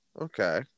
Okay